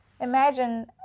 imagine